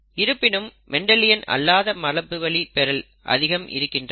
இருப்பினும் மெண்டலியன் அல்லாத மரபுவழி பெறல் அதிகம் இருக்கின்றன